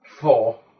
Four